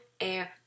air